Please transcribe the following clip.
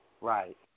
Right